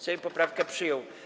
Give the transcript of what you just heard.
Sejm poprawkę przyjął.